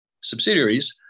subsidiaries